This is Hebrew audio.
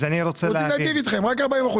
רק 40%,